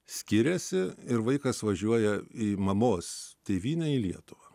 skiriasi ir vaikas važiuoja į mamos tėvynę į lietuvą